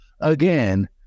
again